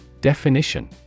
Definition